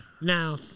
Now